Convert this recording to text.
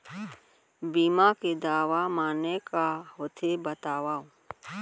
बीमा के दावा माने का होथे बतावव?